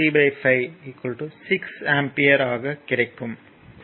அதை பற்றி பின்னர் பார்ப்போம்